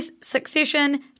Succession